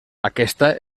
aquesta